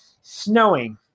snowing